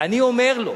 ואני אומר לו,